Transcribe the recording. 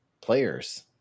players